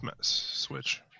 Switch